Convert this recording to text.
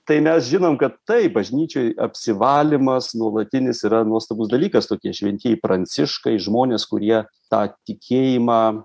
tai mes žinom kad taip bažnyčioj apsivalymas nuolatinis yra nuostabus dalykas tokie šventi pranciškai žmonės kurie tą tikėjimą